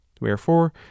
wherefore